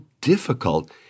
difficult